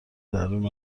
درون